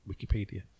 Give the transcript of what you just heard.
Wikipedia